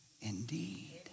indeed